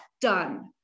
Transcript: done